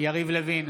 יריב לוין,